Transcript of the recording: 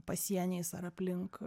pasieniais ar aplink